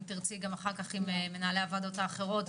ואם תרצי גם עם מנהלי הוועדות האחרות,